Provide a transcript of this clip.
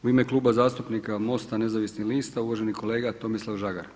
U ime Kluba zastupnika MOST-a Nezavisnih lista uvaženi kolega Tomislav Žagar.